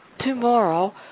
Tomorrow